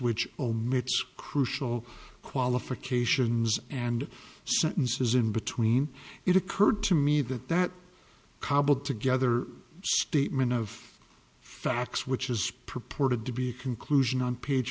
which omits crucial qualifications and sentences in between it occurred to me that that cobbled together statement of facts which is purported to be a conclusion on page